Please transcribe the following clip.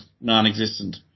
non-existent